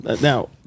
now